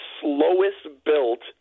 slowest-built